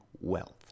wealth